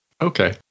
Okay